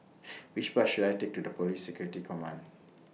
Which Bus should I Take to Police Security Command